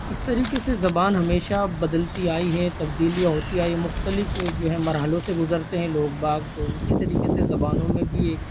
اس طریقے سے زبان ہمیشہ بدلتی آئی ہے تبدیلی ہوتی آئی ہے مختلف جو ہے مرحلوں سے گزرتے ہیں لوگ باگ اسی طریقے سے زبانوں میں بھی ایک